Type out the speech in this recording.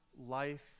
life